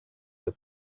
that